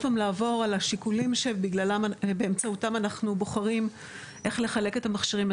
לעבור על השיקולים שבאמצעותם אנחנו בוחרים איך לחלק את המכשירים,